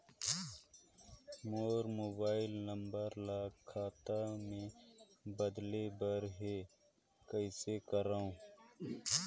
मोर mobile number ल खाता मे बदले बर हे कइसे करव?